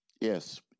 Yes